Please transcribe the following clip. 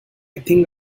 think